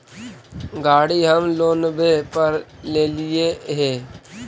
गाड़ी हम लोनवे पर लेलिऐ हे?